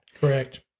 Correct